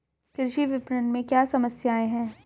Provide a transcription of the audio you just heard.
कृषि विपणन में क्या समस्याएँ हैं?